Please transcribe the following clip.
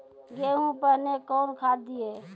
गेहूँ पहने कौन खाद दिए?